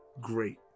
great